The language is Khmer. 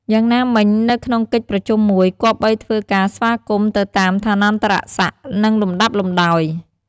យ៉ាងណាមិញ នៅក្នុងកិច្ចប្រជុំមួយ គប្បីធ្វើការស្វាគមន៍ទៅតាមឋានន្តរសក្តិ និងលំដាប់លំដោយ។